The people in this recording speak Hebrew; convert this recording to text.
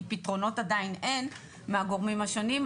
כי פתרונות עדיין אין מהגורמים השונים.